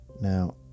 now